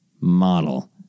model